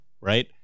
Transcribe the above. right